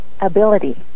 ability